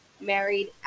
married